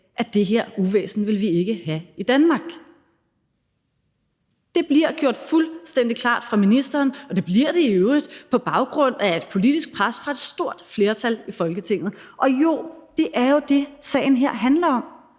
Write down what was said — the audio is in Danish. at det her uvæsen vil vi ikke have i Danmark. Det bliver gjort fuldstændig klart af ministeren, og det bliver det i øvrigt på baggrund af et politisk pres fra et stort flertal i Folketinget. Og jo, det er jo det, sagen her handler om.